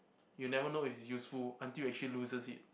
you'll never know it's useful until actually loses it